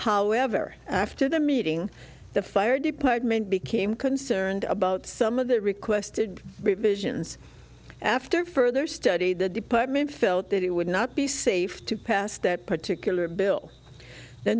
however after the meeting the fire department became concerned about some of the requested revisions after further study the department felt that it would not be safe to pass that particular bill the